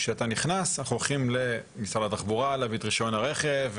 כשאתה נכנס אנחנו הולכים למשרד התחבורה להביא את רישיון הרכב,